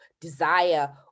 desire